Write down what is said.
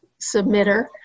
submitter